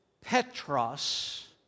Petros